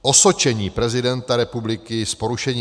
Osočení prezidenta republiky z porušení